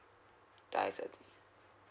twice a day